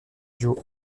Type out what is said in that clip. duo